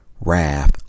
wrath